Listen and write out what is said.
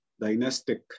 dynastic